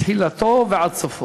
מתחילתו ועד סופו.